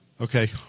Okay